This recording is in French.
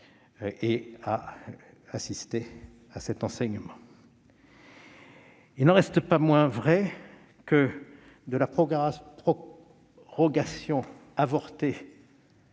et à assister à cet enseignement. Il n'en reste pas moins vrai que, de la prorogation avortée